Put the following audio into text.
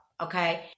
okay